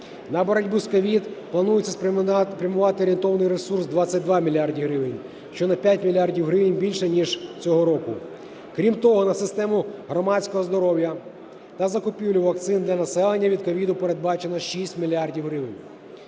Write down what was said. На боротьбу з COVID планується спрямувати орієнтований ресурс – 22 мільярди гривень, що на 5 мільярдів гривень більше ніж цього року. Крім того, на систему громадського здоров'я та закупівлю вакцин для населення від COVID передбачено 6 мільярдів